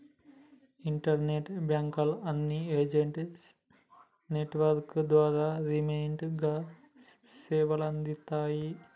internet బాంకుల అన్ని agent network ద్వారా రిమోట్ గా సేవలందిత్తాయి